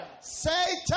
Satan